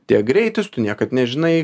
tiek greitis tu niekad nežinai